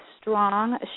strong